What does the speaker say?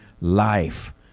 life